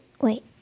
wait